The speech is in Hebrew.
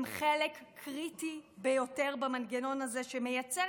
הם חלק קריטי ביותר במנגנון הזה שמייצר